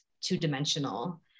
two-dimensional